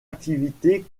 activité